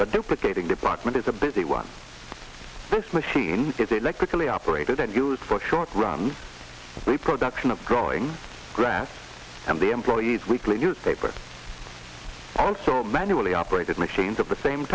but duplicating department is a busy one this machine is electrically operated and used for short runs the production of growing grass and the employees weekly newspaper also manually operated machines of the same